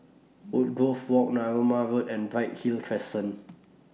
Woodgrove Walk Narooma Road and Bright Hill Crescent